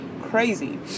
crazy